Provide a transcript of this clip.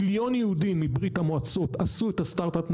מיליון יהודים מברית המועצות עשו את אומת הסטרטאפ,